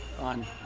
On